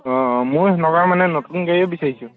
অঁ অঁ মই নগাঁও মানে নতুন গাড়ীয়ে বিচাৰিছোঁ